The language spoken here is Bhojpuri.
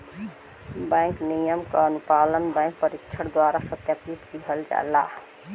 बैंक नियम क अनुपालन बैंक परीक्षक द्वारा सत्यापित किहल जाला